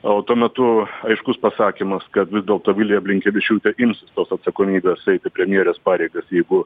o tuo metu aiškus pasakymas kad vis dėlto vilija blinkevičiūtė imsis tos atsakomybės eiti premjerės pareigas jeigu